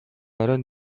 оройн